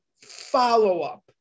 Follow-up